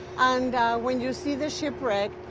and when you see the shipwreck,